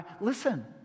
listen